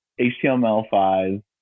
HTML5